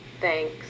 thanks